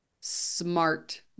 smart